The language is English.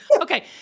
Okay